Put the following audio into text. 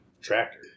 tractor